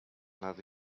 not